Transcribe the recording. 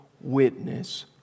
witness